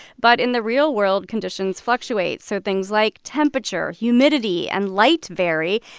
but in the real world, conditions fluctuate, so things like temperature, humidity and light vary.